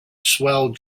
swell